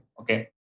Okay